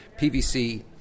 pvc